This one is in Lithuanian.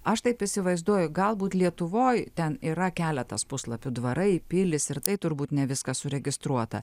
aš taip įsivaizduoju galbūt lietuvoj ten yra keletas puslapių dvarai pilys ir tai turbūt ne viskas suregistruota